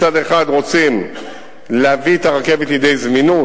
מצד אחד, רוצים להביא את הרכבת לידי זמינות.